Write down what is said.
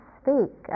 speak